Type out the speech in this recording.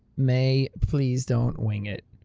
mae, please don't wing it.